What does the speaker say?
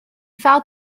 fell